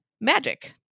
magic